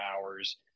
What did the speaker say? hours